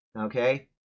Okay